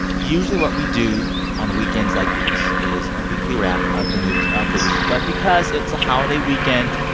usually, what we do on weekends like these is a weekly wrap of the news of the week. but because it's a holiday weekend,